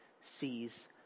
sees